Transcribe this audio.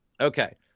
Okay